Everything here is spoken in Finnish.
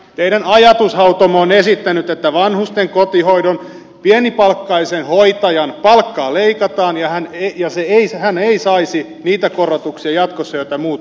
teidän ajatushautomonne on esittänyt että vanhusten kotihoidon pienipalkkaisen hoitajan palkkaa leikataan ja hän ei saisi niitä korotuksia jatkossa joita muut saavat